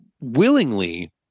willingly